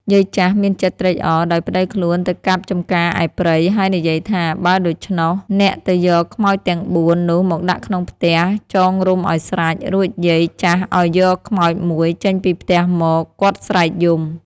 យាយចាស់ មានចិត្តត្រេកអរ ដោយប្តីខ្លួនទៅកាប់ចម្ការឯព្រៃ ហើយនិយាយថា "បើដូច្នោះ អ្នកទៅយកខ្មោចទាំង ៤ នោះមកដាក់ក្នុងផ្ទះ ចងរុំឲ្យស្រេច " រួចយាយចាស់ឲ្យយកខ្មោច ១ ចេញពីផ្ទះមក គាត់ស្រែកយំ ។